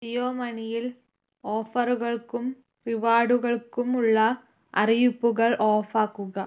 ജിയോ മണിയിൽ ഓഫറുകൾക്കും റിവാർഡുകൾക്കുമുള്ള അറിയിപ്പുകൾ ഓഫാക്കുക